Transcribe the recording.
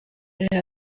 ariho